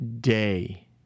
day